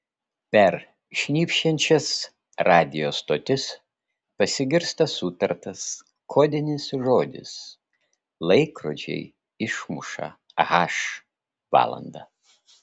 per šnypščiančias radijo stotis pasigirsta sutartas kodinis žodis laikrodžiai išmuša h valandą